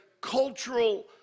cultural